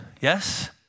Yes